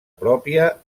pròpia